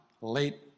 late